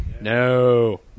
No